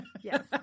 Yes